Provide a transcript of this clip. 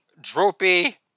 droopy